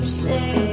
say